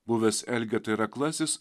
buvęs elgeta ir aklasis